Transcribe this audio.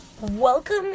Welcome